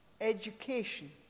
education